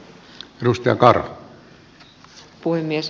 arvoisa puhemies